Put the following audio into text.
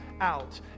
out